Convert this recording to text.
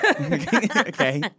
Okay